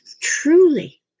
truly